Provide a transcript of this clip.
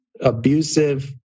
abusive